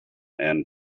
and